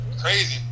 crazy